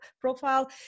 profile